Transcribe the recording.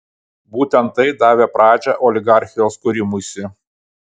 būtent tai davė pradžią oligarchijos kūrimuisi